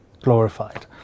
glorified